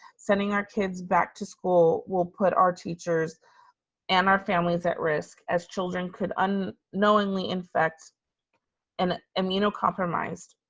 sending our kids back to school will put our teachers and our families at risk as children could and unknowingly infect an immunocompromised.